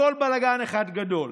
הכול בלגן אחד גדול.